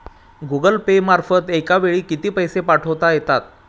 Google Pay मार्फत एका वेळी किती पैसे पाठवता येतात?